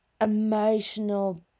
emotional